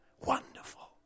Wonderful